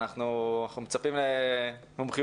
נוספים.